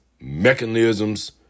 mechanisms